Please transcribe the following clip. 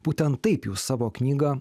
būtent taip jūs savo knygą